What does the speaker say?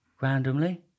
randomly